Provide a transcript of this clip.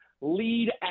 lead